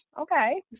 Okay